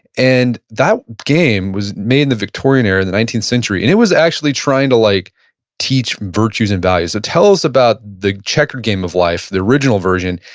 and that game was made in the victorian era in the nineteenth century, and it was actually trying to like teach virtues and values. so ah tell us about the checkered game of life, the original version,